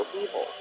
people